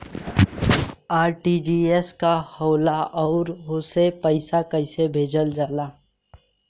RTGS का होला आउरओ से पईसा कइसे भेजल जला?